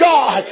God